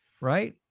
right